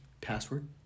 Password